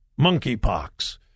monkeypox